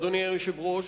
אדוני היושב-ראש,